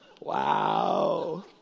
Wow